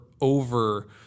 over